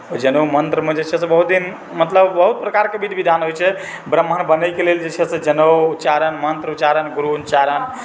ओहि जनउ मन्त्रमे जे छै से बहुत ही मतलब बहुत प्रकारकेँ विध विधान होइ छै ब्राम्हण बनैके लेल जे छै से जनउ उच्चारण मन्त्र उच्चारण गुरु उच्चारण